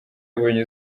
yabonye